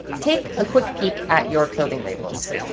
take a quick peek at your clothing labels.